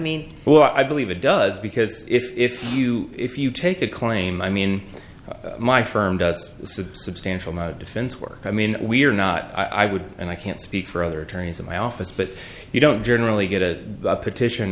mean what i believe it does because if you if you take a claim i mean my firm does substantial amount of defense work i mean we're not i would and i can't speak for other attorneys in my office but you don't generally get to the petition